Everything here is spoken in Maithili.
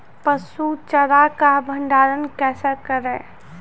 पसु चारा का भंडारण कैसे करें?